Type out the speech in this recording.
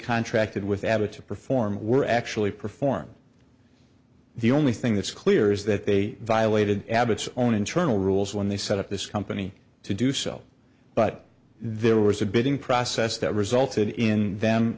contracted with abbott to perform were actually performed the only thing that's clear is that they violated abbott's own internal rules when they set up this company to do so but there was a bidding process that resulted in them